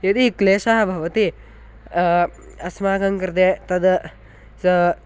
यदि क्लेशः भवति अस्माकं कृते तदा सा